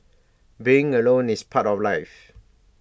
being alone is part of life